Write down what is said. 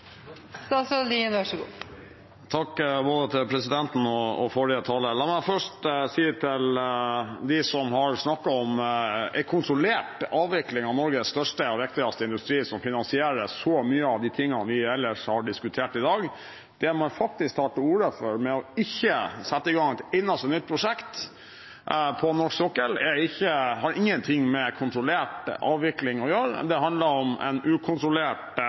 Takk til forrige taler. La meg først si til dem som har snakket om en kontrollert avvikling av Norges største og viktigste industri, som finansierer så mange av de tingene vi ellers har diskutert i dag: Det man faktisk tar til orde for ved ikke å sette i gang et eneste nytt prosjekt på norsk sokkel, har ingenting med kontrollert avvikling å gjøre. Det handler om en ukontrollert